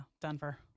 Denver